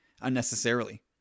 unnecessarily